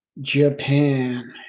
Japan